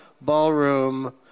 ballroom